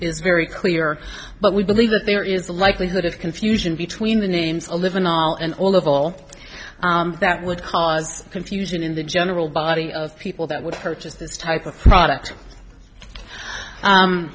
is very clear but we believe that there is a likelihood of confusion between the names on live in all and all of all that would cause confusion in the general body of people that would purchase this type of product